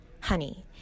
Honey